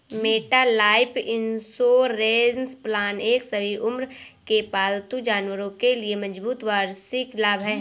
MetLife insurance plan एक सभी उम्र के पालतू जानवरों के लिए मजबूत वार्षिक लाभ है